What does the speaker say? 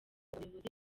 abayobozi